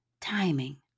timing